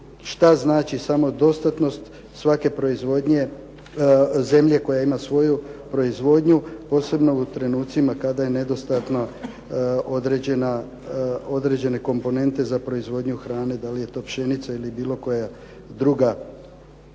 što znači samodostatnost svake proizvodnje zemlje koja imaju svoju proizvodnju, posebno u trenucima kada su nedostatno određene komponente za proizvodnju hrane, da li je to pšenica ili bilo koja druga.